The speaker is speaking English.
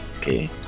Okay